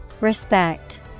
Respect